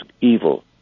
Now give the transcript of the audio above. evil